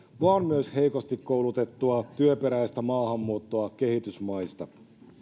vaan myös heikosti koulutettujen työperäistä maahanmuuttoa kehitysmaista